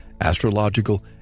astrological